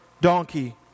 donkey